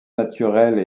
naturelles